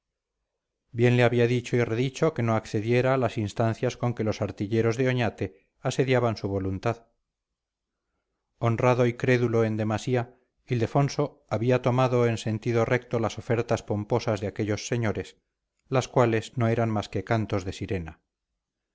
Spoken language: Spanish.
bien le había dicho y redicho que no accediera a las instancias con que los artilleros de oñate asediaban su voluntad honrado y crédulo en demasía ildefonso había tomado en sentido recto las ofertas pomposas de aquellos señores las cuales no eran más que cantos de sirena